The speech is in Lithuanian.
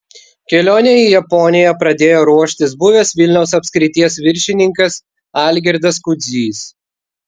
kelionei į japoniją pradėjo ruoštis buvęs vilniaus apskrities viršininkas algirdas kudzys